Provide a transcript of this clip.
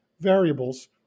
variables